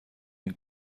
این